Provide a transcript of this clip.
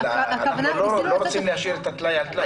אבל אנחנו לא רוצים להשאיר את טלאי על טלאי,